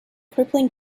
crippling